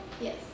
Yes